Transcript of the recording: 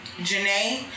Janae